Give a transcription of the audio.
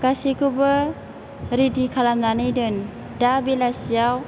गासैखौबो रेदि खालामनानै दोन दा बेलासियाव